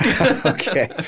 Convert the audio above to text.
Okay